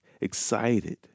excited